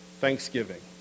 thanksgiving